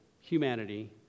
humanity